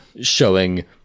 showing